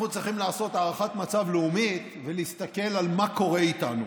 אנחנו צריכים לעשות הערכת מצב לאומית ולהסתכל על מה שקורה איתנו.